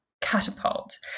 catapult